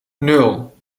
nul